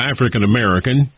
African-American